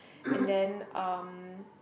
and then um